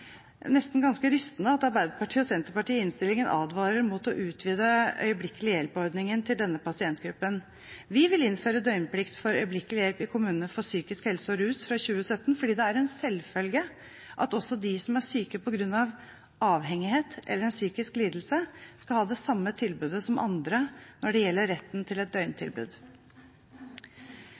nesten ganske rystende at Arbeiderpartiet og Senterpartiet i innstillingen advarer mot å utvide øyeblikkelig hjelp-ordningen til denne pasientgruppen. Vi vil innføre døgnplikt for øyeblikkelig hjelp i kommunene for psykisk helse og rus fra 2017, fordi det er en selvfølge at også de som er syke på grunn av avhengighet eller en psykisk lidelse, skal ha det samme tilbudet som andre når det gjelder retten til et